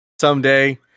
someday